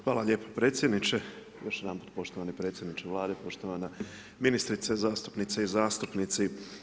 Hvala vam lijepo predsjedniče, još jedanput poštovani predsjedniče Vlade, poštovana ministrice, zastupnice i zastupnici.